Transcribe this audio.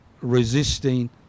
resisting